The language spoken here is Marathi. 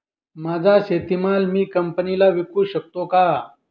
माझा शेतीमाल मी कंपनीला विकू शकतो का?